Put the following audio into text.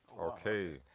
Okay